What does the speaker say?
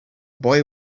boy